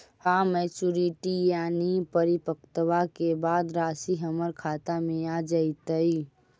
का मैच्यूरिटी यानी परिपक्वता के बाद रासि हमर खाता में आ जइतई?